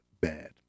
bad